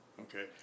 okay